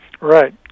Right